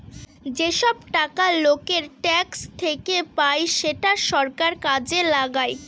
যেসব টাকা লোকের ট্যাক্স থেকে পায় সেটা সরকার কাজে লাগায়